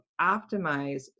optimize